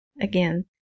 Again